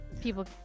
People